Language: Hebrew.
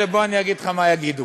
בוא אגיד לך מה יגידו,